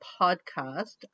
podcast